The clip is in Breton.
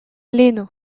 lenno